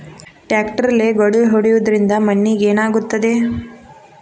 ಟ್ರಾಕ್ಟರ್ಲೆ ಗಳೆ ಹೊಡೆದಿದ್ದರಿಂದ ಮಣ್ಣಿಗೆ ಏನಾಗುತ್ತದೆ?